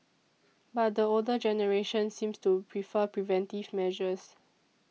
but the older generation seems to prefer preventive measures